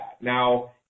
Now